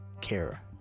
care